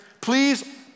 please